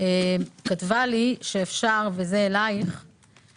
לפני כן, אלכס